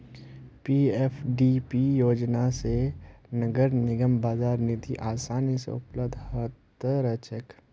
PFDP योजना स नगर निगमक बाजार निधि आसानी स उपलब्ध ह त रह छेक